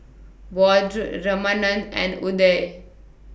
Vedre Ramanand and Udai